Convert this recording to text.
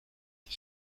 des